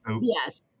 yes